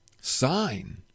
sign